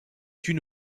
une